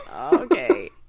Okay